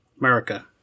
America